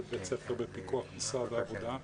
זהו בית ספר בפיקוח משרד העבודה.